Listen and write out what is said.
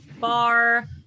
bar